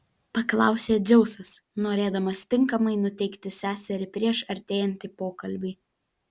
paklausė dzeusas norėdamas tinkamai nuteikti seserį prieš artėjantį pokalbį